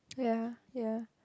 yeah yeah